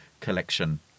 collection